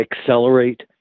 accelerate